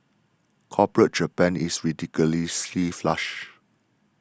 corporate Japan is ridiculously flush